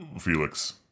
Felix